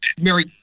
Mary